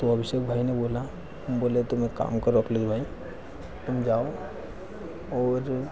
तो अभिषेक भाई ने बोला बोले तुम एक काम करो अखिलेश भाई तुम जाओ और